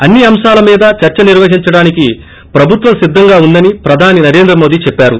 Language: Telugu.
అన్ని అంశాల మీద చర్చ నిర్వహించడానికి ప్రభుత్వం సిద్దంగా ఉందని ప్రధాన నరేంద్ర మోదీ చెప్పారు